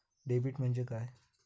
Debit म्हणजे काय?